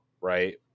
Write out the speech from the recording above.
right